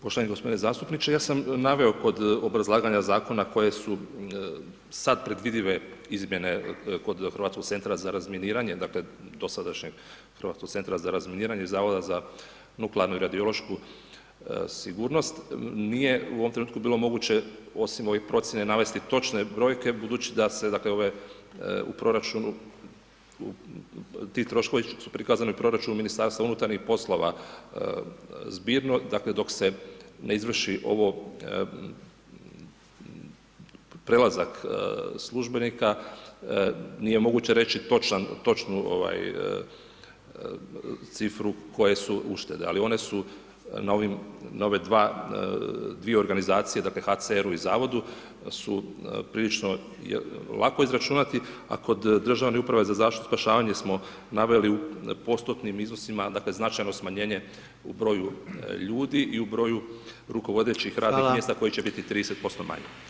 Poštovani gospodine zastupniče, ja sam naveo kod obrazlaganja Zakona koje su sad predvidive izmjene kod Hrvatskog Centra za razminiranje, dakle, dosadašnjeg Hrvatskog Centra za razminiranje i Zavoda za nuklearnu i radiološku sigurnost, nije u ovom trenutku osim ovih procijene, navesti točne brojke, budući da se, dakle, ove u proračunu, ti troškovi su prikazani u proračunu MUP-a zbirno, dakle, dok se ne izvrši ovo prelazak službenika, nije moguće reći točnu cifru koje su uštede, ali one su na ove dvije organizacije, dakle, HCR-u i Zavodu su prilično lako izračunati, a kod Državne uprave za zaštitu i spašavanje smo naveli u postotnim iznosima, dakle, značajno smanjenje u broju ljudi i u broju rukovodećih radnih mjesta [[Upadica: Hvala]] koji će biti 30% manji.